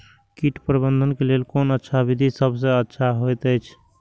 कीट प्रबंधन के लेल कोन अच्छा विधि सबसँ अच्छा होयत अछि?